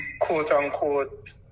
quote-unquote